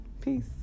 peace